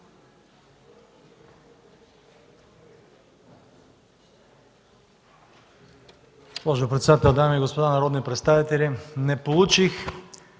Госпожо председател, дами и господа народни представители! Не получих